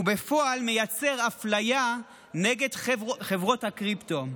ובפועל מייצר אפליה נגד חברות הקריפטו.